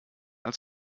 als